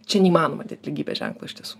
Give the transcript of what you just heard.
čia neįmanoma dėt lygybės ženklo iš tiesų